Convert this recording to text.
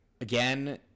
again